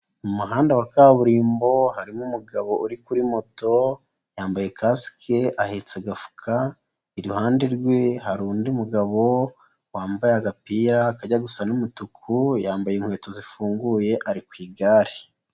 Mu muhanda wa kaburimbo harimo umugabo uri kuri moto, yambaye kasike, ahetse agafuka, iruhande rwe hari undi mugabo wambaye agapira kajya gusa n'umutuku, yambaye inkweto zifunguye ari ku igare.